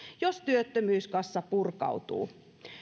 jos työttömyyskassa purkautuu